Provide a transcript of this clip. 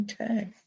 Okay